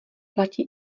platí